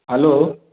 hello